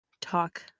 talk